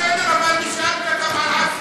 בסדר, אבל נשאלת גם על עפולה.